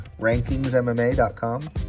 rankingsmma.com